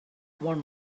one